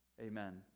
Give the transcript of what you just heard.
amen